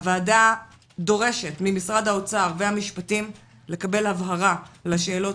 הועדה דורשת ממשרד האוצר והמשפטים לקבל הבהרה לשאלות